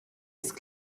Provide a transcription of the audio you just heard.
ist